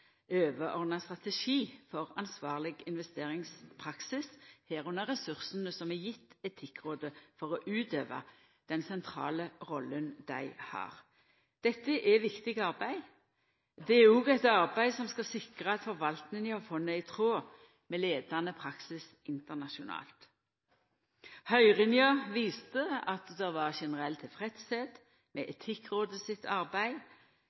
overordna strategi for ansvarleg investeringspraksis, medrekna ressursane som er gjevne Etikkrådet for å utøva den sentrale rolla dei har. Dette er viktig arbeid. Det er òg eit arbeid som skal sikra at forvaltninga av fondet er i tråd med leiande praksis internasjonalt. Høyringa viste at det var generell tilfredsheit med Etikkrådet sitt arbeid,